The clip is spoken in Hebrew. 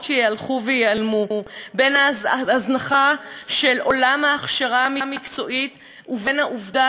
שילכו וייעלמו; בין ההזנחה של עולם ההכשרה המקצועית ובין העובדה